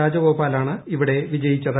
രാജഗോപാലാണ് ഇവിടെ ജയിച്ചത്